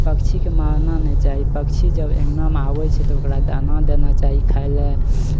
पक्षीकेँ मारना नहि चाही पक्षी जब अङ्गनामे आबै छै तऽ ओकरा दाना देना चाही खाय लेल